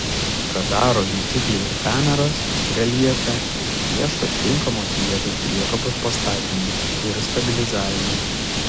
radaro jutikliai ir kameros reljefe ieško tinkamos vietos priekabos pastatymui ir stabilizavimui